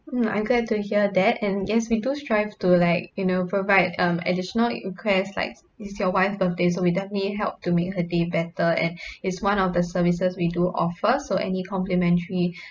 mm I'm glad to hear that and yes we do strive to like you know provide um additional requests like it's your wife birthday so we definitely help to make her day better and it's one of the services we do offer so any complimentary